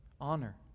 honor